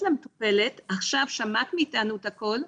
למטפלת "..עכשיו שמעת מאיתנו את הכל,